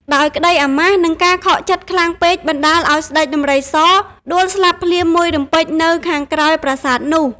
ដោយក្តីអាម៉ាស់ និងការខកចិត្តខ្លាំងពេកបណ្តាលឱ្យស្តេចដំរីសដួលស្លាប់ភ្លាម មួយរំពេចនៅខាងក្រោយប្រាសាទនោះ ។